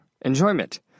enjoyment